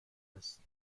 است